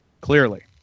Clearly